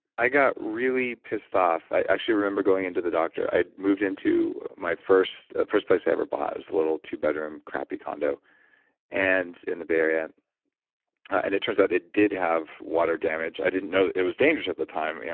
i got really pissed off. i actually remember going into the doctor. i moved into my first, the first place i ever bought was a little two bedroom crappy condo and in the bay area and it turns out it did have water damage. i didn't know it was dangerous at the time, yeah